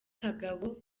kagabo